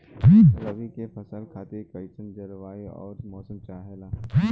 रबी क फसल खातिर कइसन जलवाय अउर मौसम चाहेला?